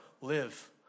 live